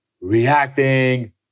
reacting